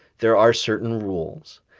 there are certain rules.